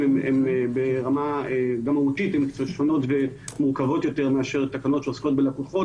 הן שונות ומורכבות יותר מאשר תקנות שעוסקות בלקוחות.